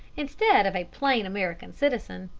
instead of a plain american citizen,